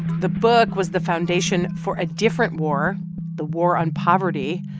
the book was the foundation for a different war the war on poverty.